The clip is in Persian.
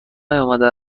نیامده